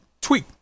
Tweet